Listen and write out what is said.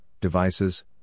devices